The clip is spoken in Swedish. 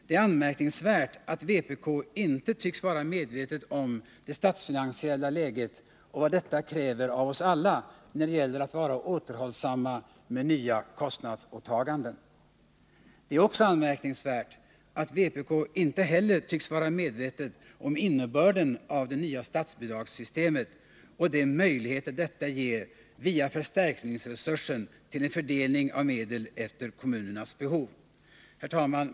Det är anmärkningsvärt att vpk inte tycks vara medvetet om det statsfinansiella läget och vad detta kräver av oss alla när det gäller att vara återhållsamma med nya kostnadsåtaganden. Det är också anmärkningsvärt att vpk inte heller tycks vara medvetet om innebörden i det nya statsbidragssystemet och de möjligheter detta ger, via förstärkningsresursen, till en fördelning av medel efter kommunernas behov. Herr talman!